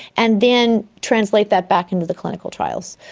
and then translate that back into the clinical trials.